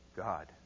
God